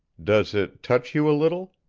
does it touch you a little?